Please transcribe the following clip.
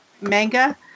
manga